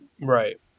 Right